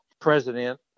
president